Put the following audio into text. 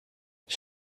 ich